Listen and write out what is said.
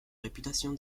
réputation